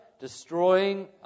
Destroying